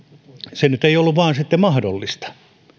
se nyt ei vain ollut sitten mahdollista